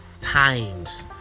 Times